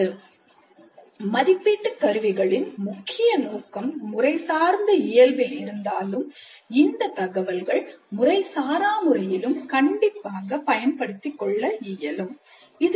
"மதிப்பீட்டுக் கருவிகளின் முக்கிய நோக்கம் முறைசார்ந்த இயல்பில் இருந்தாலும் இந்த தகவல்கள் முறைசாரா முறையிலும் கண்டிப்பாக பயன்படுத்திக் கொள்ள இயலும்"